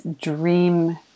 dream